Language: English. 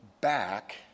back